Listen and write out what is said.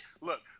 Look